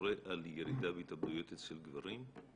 שמורה על ירידה בהתאבדויות אצל גברים?